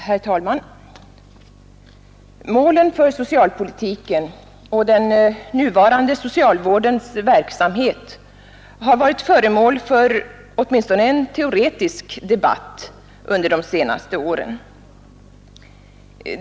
Herr talman! Målen för socialpolitiken och den nuvarande socialvårdens verksamhet har varit föremål för åtminstone en teoretisk debatt under de senaste åren.